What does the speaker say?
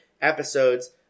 episodes